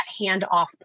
handoff